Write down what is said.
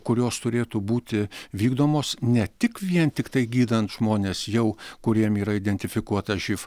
kurios turėtų būti vykdomos ne tik vien tiktai gydant žmones jau kuriem yra identifikuota živ